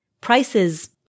prices